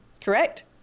correct